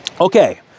Okay